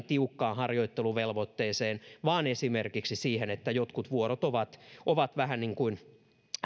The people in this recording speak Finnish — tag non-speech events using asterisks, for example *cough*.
*unintelligible* tiukkaan harjoitteluvelvoitteeseen vaan myös esimerkiksi siihen että jotkut vuorot ovat ovat vähän niin kuin